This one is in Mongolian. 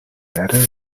арай